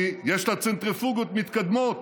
כי יש לה צנטריפוגות מתקדמות,